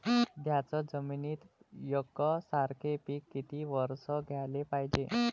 थ्याच जमिनीत यकसारखे पिकं किती वरसं घ्याले पायजे?